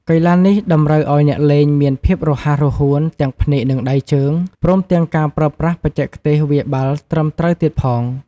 កីឡានេះតម្រូវឱ្យអ្នកលេងមានភាពរហ័សរហួនទាំងភ្នែកនិងដៃជើង ព្រមទាំងការប្រើប្រាស់បច្ចេកទេសវាយបាល់ត្រឹមត្រូវទៀតផង។